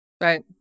Right